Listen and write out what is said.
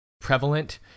prevalent